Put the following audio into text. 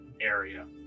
area